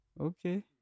Okay